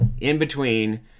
in-between